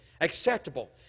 acceptable